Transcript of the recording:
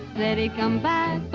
said he'd come back